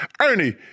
Ernie